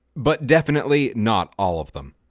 but definitely not all of them.